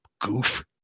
goof